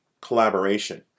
collaboration